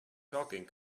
talking